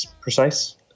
precise